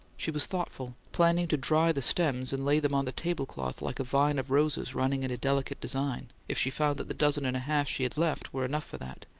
she was thoughtful planning to dry the stems and lay them on the tablecloth like a vine of roses running in a delicate design, if she found that the dozen and a half she had left were enough for that.